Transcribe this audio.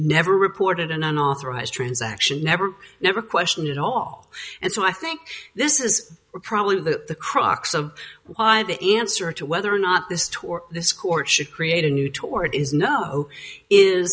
never reported an unauthorized transaction never never questioned at all and so i think this is probably the crux of why the answer to whether or not this tor this court should create a new tort is know is